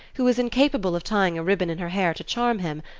who was incapable of tying a ribbon in her hair to charm him,